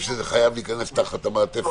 שזה צריך להיכנס למעטפת